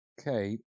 Okay